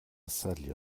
sälja